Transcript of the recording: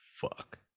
fuck